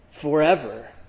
forever